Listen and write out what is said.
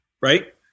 right